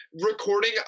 recording